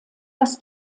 das